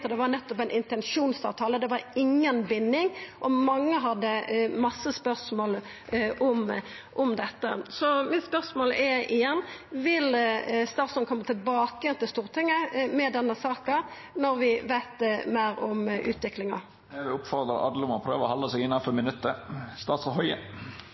det nettopp var ein intensjonsavtale, det var inga binding, og mange hadde mange spørsmål om dette. Så spørsmålet mitt er igjen: Vil statsråden koma tilbake til Stortinget med denne saka når vi veit meir om utviklinga? Eg vil oppmoda alle om å prøva å halda seg innanfor